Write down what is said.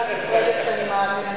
לא ידעתי.